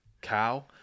cow